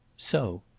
so!